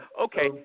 Okay